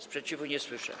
Sprzeciwu nie słyszę.